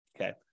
Okay